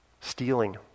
stealing